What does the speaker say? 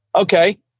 Okay